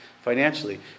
financially